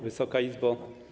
Wysoka Izbo!